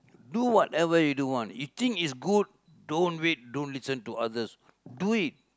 do whatever you do want you think is good don't wait don't listen to others do it